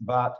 but